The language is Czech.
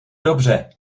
dobře